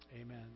amen